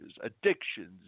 addictions